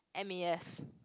M_A_S